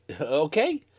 okay